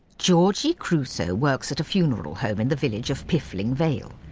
georgie crusoe works at a funeral home in the village of piffling vale.